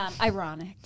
ironic